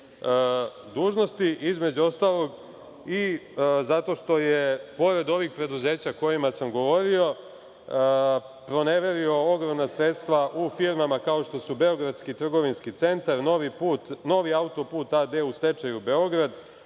dužnosti, između ostalog, i zato što je pored ovih preduzeća o kojima sam govorio proneverio ogromna sredstva u firmama, kao što su „Beogradski trgovinski centar“, „Novi autoput“ a.d. u stečaju Beograd,